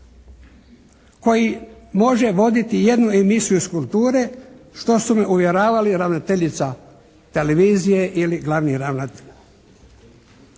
koji može voditi jednu emisiju iz kulture, što su me uvjeravali ravnateljica televizije ili glavni ravnatelj.